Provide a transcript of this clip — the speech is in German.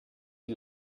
die